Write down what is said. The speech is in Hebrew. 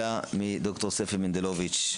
לשמוע מד"ר ספי מנדלוביץ,